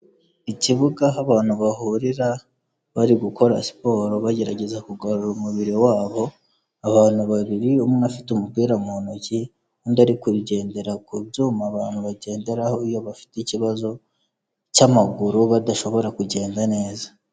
Ikibuga aho abantu bahurira bari gukora siporo bagerageza kugorora umubiri wabo, abantu babiri umwe afite umupira mu ntoki, undi ari kugendera ku byuma abantu bagenderaho iyo bafite ikibazo cy'amaguru badashobora kugenda neza.